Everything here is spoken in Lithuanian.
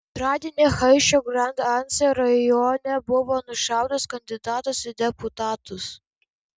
antradienį haičio grand anse rajone buvo nušautas kandidatas į deputatus